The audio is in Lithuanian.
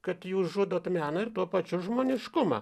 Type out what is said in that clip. kad jūs žudot meną ir tuo pačiu žmoniškumą